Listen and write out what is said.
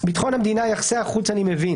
ביטחון המדינה ויחסי החוץ אני מבין,